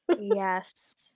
Yes